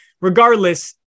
regardless